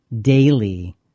daily